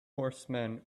horsemen